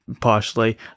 partially